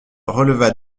releva